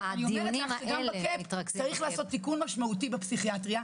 אני אומר שגם הקאפ צריך לעשות תיקון משמעותי בפסיכיאטריה,